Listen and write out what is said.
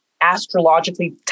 astrologically